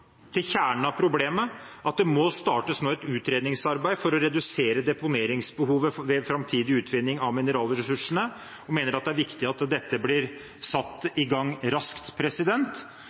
til kjernen av problemet – at det nå må startes et utredningsarbeid for å redusere deponeringsbehovet ved framtidig utvinning av mineralressursene, og mener at det er viktig at dette blir satt i gang raskt.